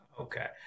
Okay